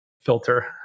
filter